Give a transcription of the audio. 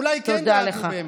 אולי כן דאגו באמת.